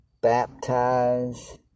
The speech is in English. baptize